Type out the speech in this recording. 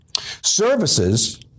Services